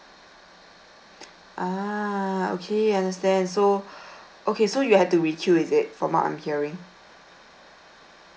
ah okay understand so okay so you have to requeue is it from what I'm hearing